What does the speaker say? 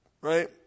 right